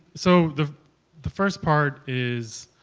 so the the first part is,